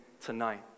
tonight